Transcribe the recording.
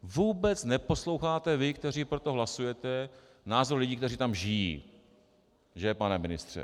Vůbec neposloucháte, vy, kteří pro to hlasujete, názor lidí, kteří tam žijí že, pane ministře?